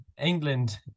England